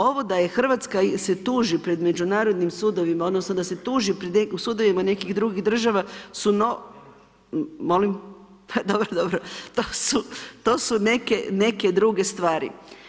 Ovo da je Hrvatska se tuži pred međunarodnim sudovima, odnosno, da se tuži pred sudovima nekih drugih država, su, molim, dobro, to su neke druge stvari.